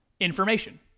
information